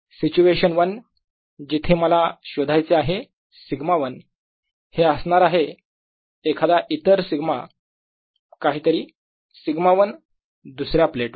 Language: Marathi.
सिच्युएशन 1 जिथे मला शोधायचे आहे σ1 हे असणार आहे एखादा इतर σ काहीतरी σ1 दुसऱ्या प्लेटवर